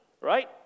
right